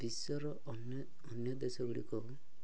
ବିଶ୍ୱର ଅନ୍ୟ ଅନ୍ୟ ଦେଶ ଗୁଡ଼ିକ